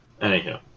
Anyhow